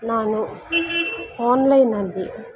ನಾನು ಆನ್ಲೈನಲ್ಲಿ